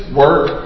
work